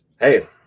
Hey